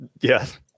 Yes